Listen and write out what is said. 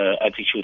attitude